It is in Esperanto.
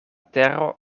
tero